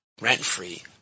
rent-free